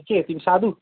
के तिमी साधु